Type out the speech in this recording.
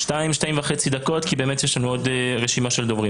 שמי גלית הושיאר, יש לי תואר שני בתקשורת,